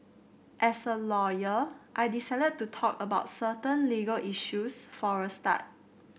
as a lawyer I decided to talk about certain legal issues for a start